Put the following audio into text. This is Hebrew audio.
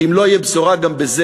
כי אם לא תהיה בשורה גם בזה,